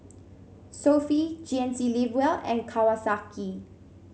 Sofy G N C Live Well and Kawasaki